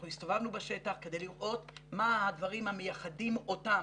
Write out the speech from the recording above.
אנחנו הסתובבנו בשטח כדי לראות מה הדברים המייחדים אותם